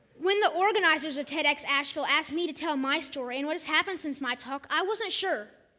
when the organizers of tedxasheville asked me to tell my story, and what has happened since my talk, i wasn't sure.